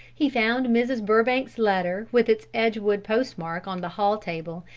he found mrs. burbank's letter with its edgewood postmark on the hall table,